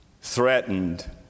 threatened